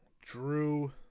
Drew